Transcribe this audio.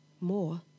more